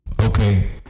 Okay